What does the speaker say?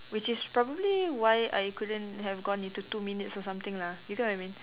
which is probably why I couldn't have gone into two minutes or something lah you get what I mean